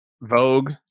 vogue